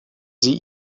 sie